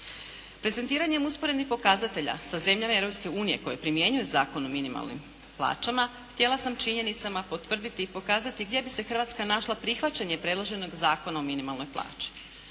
Prezentiranjem usporednih pokazatelja sa zemljama Europske unije koje primjenjuju Zakon o minimalnim plaćama, htjela sam činjenicama potvrditi i pokazati gdje bi se Hrvatska našla prihvaćanjem predloženog Zakona o minimalnoj plaći.